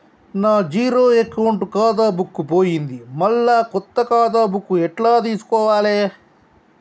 నా zero account ఖాతా book పోయింది మళ్ళా కొత్త ఖాతా బుక్కు ఎట్ల తీసుకోవాలే?